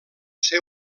ser